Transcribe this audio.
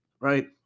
right